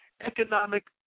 economic